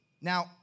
Now